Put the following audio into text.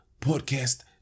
Podcast